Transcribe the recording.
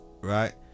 right